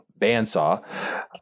bandsaw